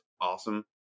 awesome